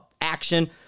action